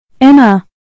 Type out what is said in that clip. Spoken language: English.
Emma